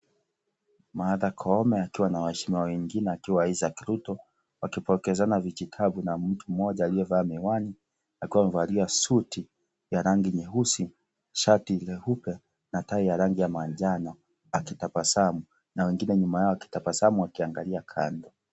Martha Koome akiwa na waheshimiwa wengine, akina Isaac Ruto wakipokezana vijitabu na mtu mmoja aliyevaa miwani, akiwa amevalia suti ya rangi nyeusi, shati nyeupe na tai ya rangi ya manjano. Akitabasamu na wengine nyuma yao wakitabasamu na kuangalia kando.